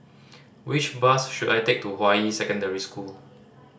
which bus should I take to Hua Yi Secondary School